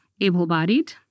able-bodied